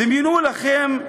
דמיינו לכם,